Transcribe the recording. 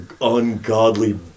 ungodly